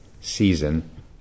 season